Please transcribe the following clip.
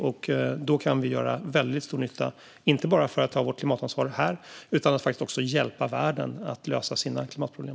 Vi kan göra väldigt stor nytta, inte bara genom att ta vårt klimatansvar här utan också med att hjälpa världen att lösa sina klimatproblem.